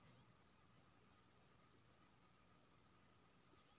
गेहूं के फसल काटे के लिए कोन ट्रैक्टर मसीन अच्छा होय छै?